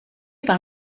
par